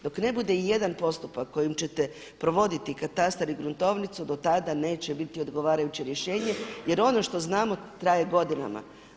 Dok ne bude ijedan postupak kojim ćete provoditi katastar i gruntovnicu do tada neće biti odgovarajuće rješenje jer ono što znamo traje godinama.